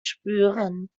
spüren